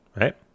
right